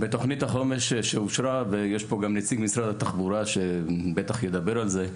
בתוכנית החומש שאושרה ויש פה גם נציג משרד התחבורה שבטח ידבר על זה,